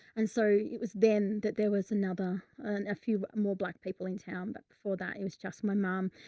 and so it was then that there was another and a few more black people in town. but before that, it was just my mum.